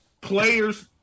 players